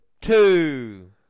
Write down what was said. Two